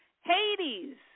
Hades